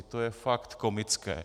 To je fakt komické.